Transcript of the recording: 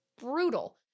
brutal